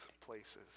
places